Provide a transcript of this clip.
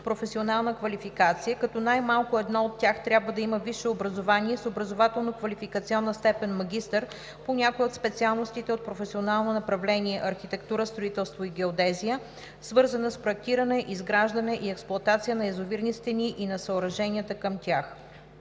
професионална квалификация, като най-малко едно от тях трябва да има висше образование с образователно-квалификационна степен „магистър“ по някоя от специалностите от професионално направление „Архитектура, строителство и геодезия“, свързана с проектиране, изграждане и експлоатация на язовирни стени и на съоръженията към тях.“